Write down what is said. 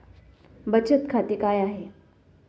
बचत खाते काय आहे?